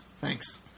thanks